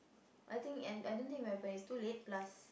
I think I I don't think it will happen it's too late plus